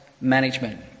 management